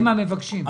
הם המבקשים.